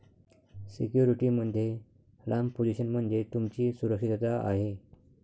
security मध्ये लांब position म्हणजे तुमची सुरक्षितता आहे